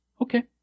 Okay